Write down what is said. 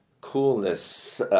coolness